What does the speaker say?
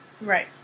Right